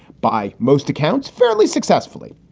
by most accounts, fairly successfully.